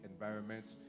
environments